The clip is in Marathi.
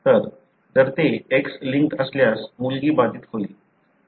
तर जर ते X लिंक्ड असल्यास मुलगी बाधित होईल